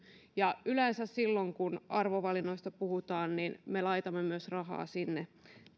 ja yleensä silloin kun arvovalinnoista puhutaan niin me laitamme myös rahaa sinne